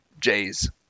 J's